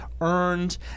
earned